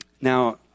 Now